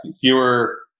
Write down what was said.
fewer